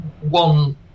one